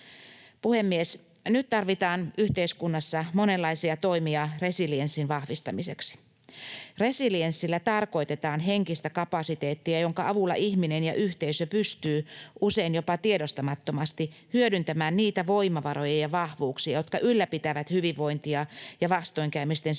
Puhemies! Nyt tarvitaan yhteiskunnassa monenlaisia toimia resilienssin vahvistamiseksi. Resilienssillä tarkoitetaan henkistä kapasiteettia, jonka avulla ihminen ja yhteisö pystyvät usein jopa tiedostamattomasti hyödyntämään niitä voimavaroja ja vahvuuksia, jotka ylläpitävät hyvinvointia ja vastoinkäymisten sietokykyä